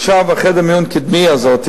עכשיו, חדר מיון קדמי כזה,